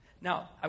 Now